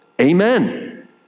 Amen